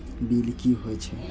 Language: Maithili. बील की हौए छै?